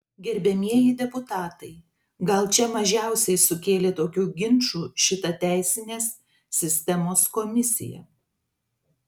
gerbiamieji deputatai gal čia mažiausiai sukėlė tokių ginčų šita teisinės sistemos komisija